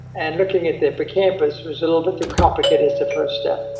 and looking at the hippocampus was a little bit too complicated as the first step.